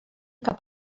cap